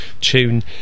tune